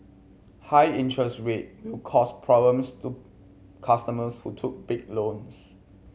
high interest rate will cause problems to customers who took big loans